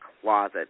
closet